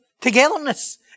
togetherness